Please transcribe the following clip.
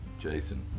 Jason